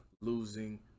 losing